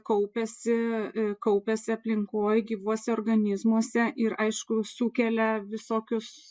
kaupiasi kaupiasi aplinkoj gyvuose organizmuose ir aišku sukelia visokius